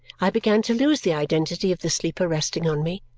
i began to lose the identity of the sleeper resting on me.